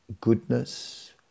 goodness